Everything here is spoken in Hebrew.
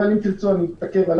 אבל אם תרצו אני אתעכב על זה.